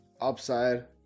upside